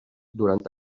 durant